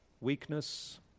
weakness